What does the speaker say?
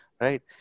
right